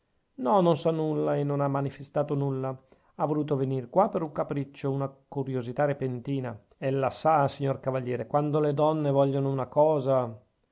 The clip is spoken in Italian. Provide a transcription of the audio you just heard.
no non sa nulla e non ha manifestato nulla ha voluto venir qua per un capriccio una curiosità repentina ella sa signor cavaliere quando le donne vogliono una cosa